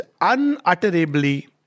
unutterably